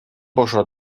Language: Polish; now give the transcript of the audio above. poszła